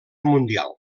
mundial